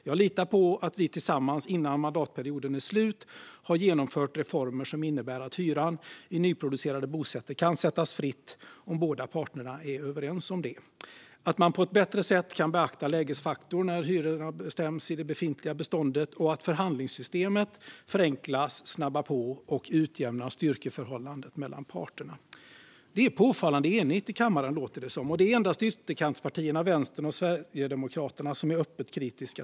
Jag litar på att vi tillsammans innan mandatperioden är slut har genomfört reformer som innebär att hyran i nyproducerade bostäder kan sättas fritt om båda parterna är överens om det, att man på ett bättre sätt kan beakta lägesfaktorn när hyror bestäms i det befintliga beståndet och att förhandlingssystemet förenklas, snabbas på och utjämnar styrkeförhållanden mellan parterna. Det är påfallande enigt i kammaren, låter det som. Det är endast ytterkantspartierna Vänstern och Sverigedemokraterna som är öppet kritiska.